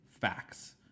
facts